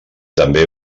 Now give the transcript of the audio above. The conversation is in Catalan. també